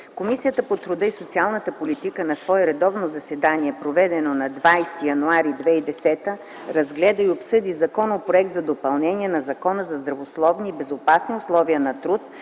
Комисията по труда и социалната политика на свое редовно заседание, проведено на 20 януари 2010 г., разгледа и обсъди Законопроект за допълнение на Закона за здравословни и безопасни условия на труд,